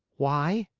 why?